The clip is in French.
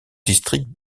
district